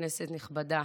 כנסת נכבדה,